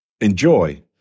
enjoy